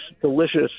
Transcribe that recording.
delicious